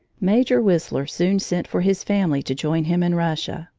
major whistler soon sent for his family to join him in russia.